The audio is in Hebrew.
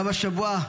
גם השבוע,